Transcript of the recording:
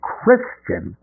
Christian